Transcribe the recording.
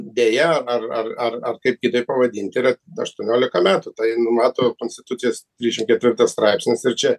deja ar ar ar ar kaip kitaip pavadint yra aštuoniolika metų tai numato konstitucijos dvidešim ketvirtas straipsnis ir čia